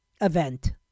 event